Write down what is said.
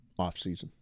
offseason